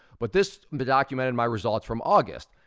but this documented my results from august,